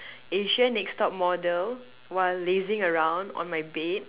Asian next top model while lazing around my bed